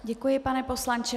Děkuji, pane poslanče.